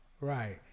Right